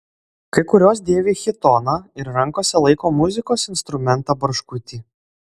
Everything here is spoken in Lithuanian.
kai kurios dėvi chitoną ir rankose laiko muzikos instrumentą barškutį